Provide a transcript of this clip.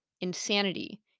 insanity